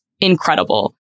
incredible